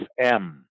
FM